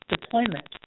deployment